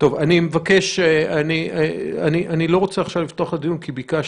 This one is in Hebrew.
אני לא רוצה לפתוח עכשיו את הדיון כי ביקשתי,